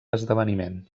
esdeveniment